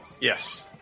Yes